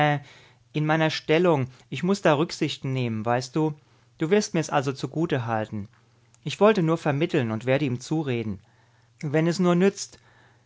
in meiner stellung ich muß da rücksichten nehmen weißt du du wirst mir's also zugutehalten ich wollte nur vermitteln und werde ihm zureden wenn es nur nützt